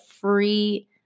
free